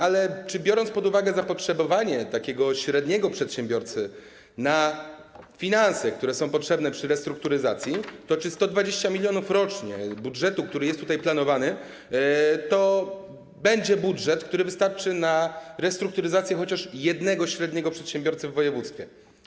Ale biorąc pod uwagę zapotrzebowanie takiego średniego przedsiębiorcy na finanse, które są potrzebne przy restrukturyzacji, to czy 120 mln rocznie z budżetu, który jest planowany, to będzie suma wystarczająca na restrukturyzację chociaż jednego średniego przedsiębiorcy w województwie?